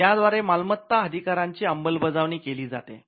याद्वारे मालमत्ता अधिकारांची अंमलबजावणी केली जाते